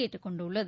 கேட்டுக் கொண்டுள்ளது